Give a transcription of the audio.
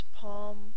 palm